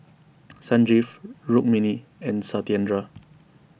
Sanjeev Rukmini and Satyendra